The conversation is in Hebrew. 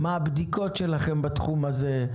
מה הבדיקות שלכם בתחום הזה?